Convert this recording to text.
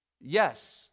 Yes